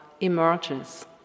emerges